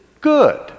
good